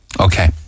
Okay